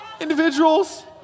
individuals